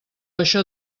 això